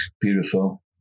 beautiful